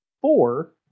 four